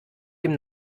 dem